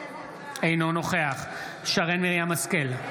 אינו נוכח שרן מרים השכל,